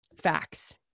Facts